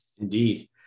Indeed